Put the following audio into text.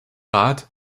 rat